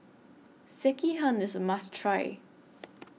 Sekihan IS A must Try